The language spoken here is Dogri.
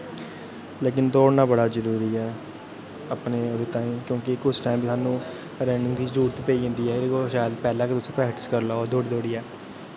लेकिन दौड़ना बड़ा जरूरी ऐ अपने ओह्दे ताहीं क्योंकि कुसै टैम बी सानूं रनिंग दी जरूरत पेई जंदी ऐ एह्दे कोला शैल पैह्लें ते उस्सी प्रैक्टिस करी लैओ दौड़ी दौड़ियै